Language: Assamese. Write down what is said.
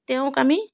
তেওঁক আমি